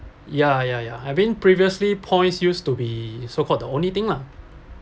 ya ya ya I mean previously points used to be so called the only thing lah